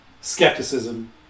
skepticism